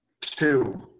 two